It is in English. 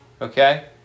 Okay